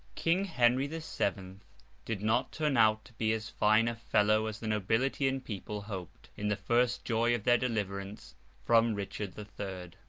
king henry the seventh did not turn out to be as fine a fellow as the nobility and people hoped, in the first joy of their deliverance from richard the third.